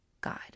God